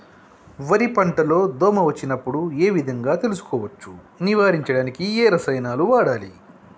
వరి పంట లో దోమ వచ్చినప్పుడు ఏ విధంగా తెలుసుకోవచ్చు? నివారించడానికి ఏ రసాయనాలు వాడాలి?